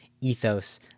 ethos